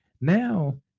Now